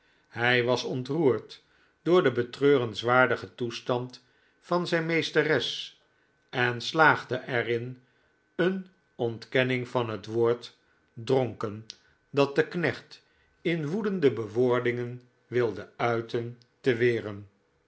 hij was ontroerd door den betreurenswaardigen toestand van zijn meesteres en slaagde er in een ontkenning van het woord dronken dat de knecht in woedende bewoordingen wilde uiten te weren